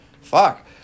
Fuck